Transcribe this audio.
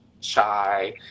shy